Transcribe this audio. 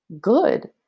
good